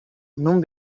non